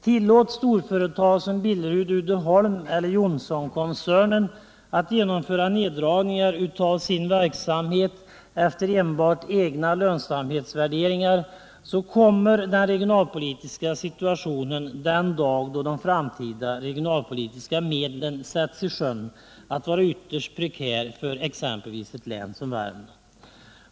Tillåts storföretag som Billerud och Uddeholm eller Johnsonkoncernen att genomföra neddragningar av sin verksamhet efter enbart egna lönsamhetsvärderingar, kommer den regionalpolitiska situationen den dag då de framtida regionalpolitiska medlen sätts i sjön att vara ytterst prekär för exempelvis ett län som Värmland.